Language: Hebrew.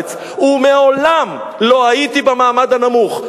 לחוץ-לארץ ומעולם לא הייתי במעמד הנמוך.